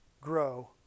grow